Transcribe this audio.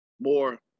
more